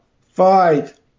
five